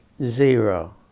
Zero